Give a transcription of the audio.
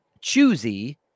choosy